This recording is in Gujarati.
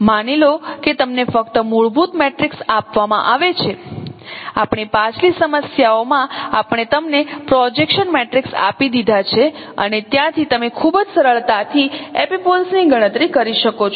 માની લો કે તમને ફક્ત મૂળભૂત મેટ્રિક્સ આપવામાં આવે છે આપણી પાછલી સમસ્યાઓમાં આપણે તમને પ્રોજેકશન મેટ્રિક્સ આપી દીધા છે અને ત્યાંથી તમે ખૂબ જ સરળતાથી એપિપોલ્સ ની ગણતરી કરી શકો છો